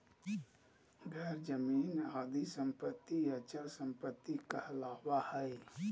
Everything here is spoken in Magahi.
घर, जमीन आदि सम्पत्ति अचल सम्पत्ति कहलावा हइ